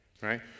right